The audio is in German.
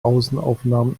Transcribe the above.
außenaufnahmen